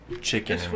chicken